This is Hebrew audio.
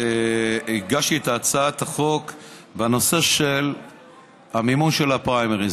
הגשתי את הצעת החוק בנושא של מימון של הפריימריז.